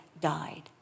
died